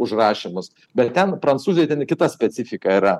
užrašymus bet ten prancūzija ten į kitą specifika yra